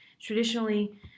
traditionally